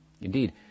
Indeed